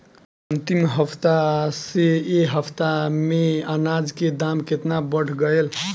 अंतिम हफ्ता से ए हफ्ता मे अनाज के दाम केतना बढ़ गएल?